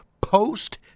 post